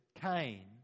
Cain